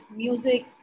music